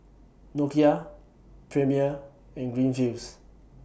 Nokia Premier and Greenfields